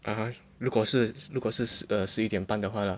(uh huh) 如果是如果是十一点半就的话 lah